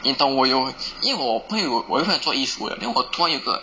你懂我有因为我朋友我有朋友做衣服的 then 我突然有一个